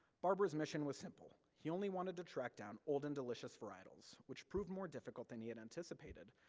barber's mission was simple, he only wanted to track down old and delicious varietals, which proved more difficult than he had anticipated,